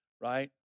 right